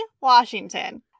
Washington